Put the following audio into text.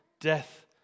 Death